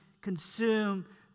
consume